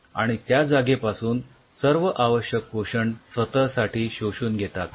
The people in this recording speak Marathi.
आणि त्या जागेपासून सर्व आवश्यक पोषण स्वतः साठी शोषून घेतात